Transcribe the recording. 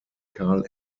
karl